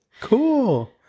Cool